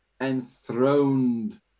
enthroned